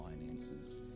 finances